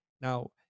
Now